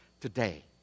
today